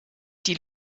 die